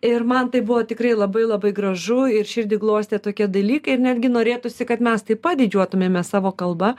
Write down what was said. ir man tai buvo tikrai labai labai gražu ir širdį glostė tokie dalykai ir netgi norėtųsi kad mes taip pat didžiuotumėmės savo kalba